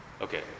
Okay